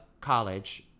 college